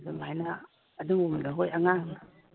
ꯑꯗꯨꯝ ꯍꯥꯏꯅ ꯑꯗꯨꯒꯨꯝꯕꯗ ꯍꯣꯏ ꯑꯉꯥꯡꯅ